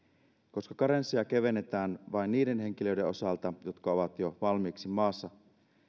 koska karenssia kevennetään vain niiden henkilöiden osalta jotka ovat jo valmiiksi maassa